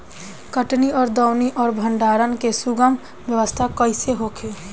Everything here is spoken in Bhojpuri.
कटनी और दौनी और भंडारण के सुगम व्यवस्था कईसे होखे?